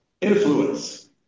influence